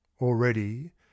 Already